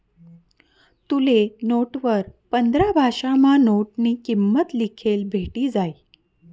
तुले नोटवर पंधरा भाषासमा नोटनी किंमत लिखेल भेटी जायी